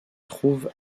trouve